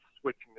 switching